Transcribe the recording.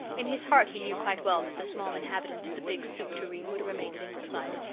in his heart he knew quite well that the small inhabitant of the big soup tureen would remain at ingleside,